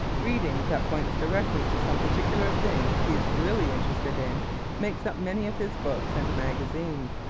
reading that points directly to some particular thing he is really interested in makes up many of his books and magazines.